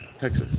Texas